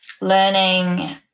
learning